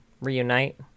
reunite